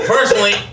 Personally